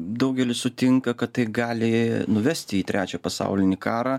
daugelis sutinka kad tai gali nuvesti į trečią pasaulinį karą